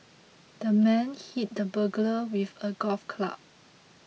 the man hit the burglar with a golf club